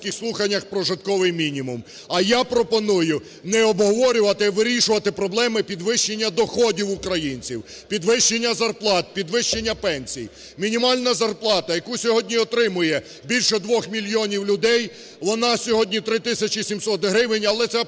а я пропоную не обговорювати, а вирішувати проблеми підвищення доходів українців, підвищення зарплат, підвищення пенсій. Мінімальна заплата, яку сьогодні отримує більше 2 мільйонів людей, вона сьогодні 3 тисячі 700 гривень. Але це абсолютно